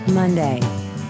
Monday